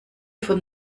von